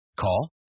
Call